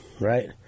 right